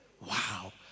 Wow